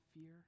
fear